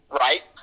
Right